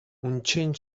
унччен